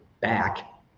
back